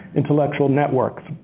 intellectual networks.